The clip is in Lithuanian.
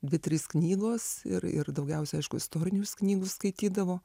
dvi trys knygos ir ir daugiausia aišku istorinių jis knygų skaitydavo